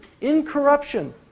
incorruption